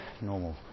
normal